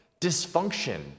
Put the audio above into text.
dysfunction